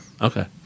Okay